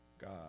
God